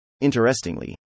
Interestingly